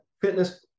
fitness